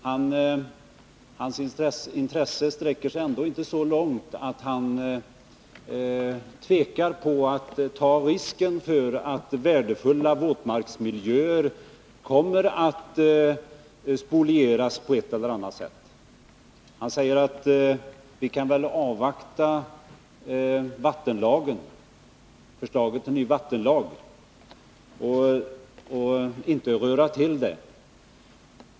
Hans Wachtmeisters intresse sträcker sig ändå inte så långt att han tvekar inför att ta risken att värdefulla våtmarksmiljöer kommer att spolieras på ett eller annat sätt. Hans Wachtmeister säger att vi väl kan avvakta förslagen till ny vattenlag och inte röra till det.